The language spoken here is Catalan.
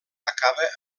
acaba